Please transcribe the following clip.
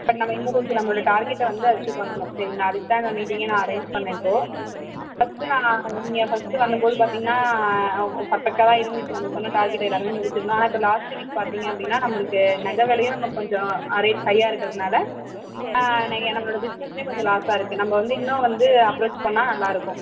but நம்ம இன்னும் கொஞ்சம் நம்மளோட டார்கெட்டை வந்து அச்சீவ் பண்ணனும் சரிங்ளா அதுக்குதான் இந்த மீட்டிங்கை நான் அரேஞ் பண்ண இப்போ ஃபர்ஸ்ட்டு நான் நீங்கள் ஃபர்ஸ்ட்டு வந்தம்போது பார்த்திங்ன்னா பெர்ஃபெக்ட்டாக இருந்துச்சு நம்ம சொன்ன டார்கெட்டை எல்லாருமே முடிச்சுருந்தோம் ஆனால் இப்போ லாஸ்ட் வீக் பார்த்தீங்க அப்படின்னா நம்மளுக்கு நகை விலையும் நமக் கொஞ்சம் ரேட் ஹையாக இருக்கிறதனால நான் எங்களோட பிஸ்னெஸுமே கொஞ்சம் லாஸ்ஸாக இருக்கு நம்ப வந்து இன்னும் வந்து அப்ரோச் பண்ணா நல்லாயிருக்கும்